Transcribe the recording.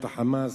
את ה"חמאס",